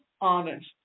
honest